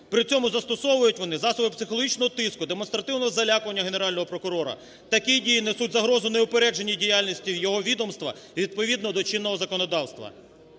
При цьому застосовують вони засоби психологічного тиску, демонстративного залякування Генерального прокурора. Такі дії несуть загрозу неупередженій діяльності його відомства відповідно до чинного законодавства.